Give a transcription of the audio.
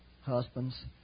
husbands